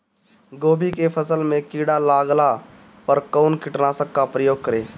गोभी के फसल मे किड़ा लागला पर कउन कीटनाशक का प्रयोग करे?